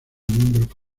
miembro